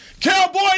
Cowboy